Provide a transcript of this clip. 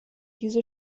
diese